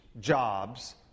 jobs